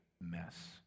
mess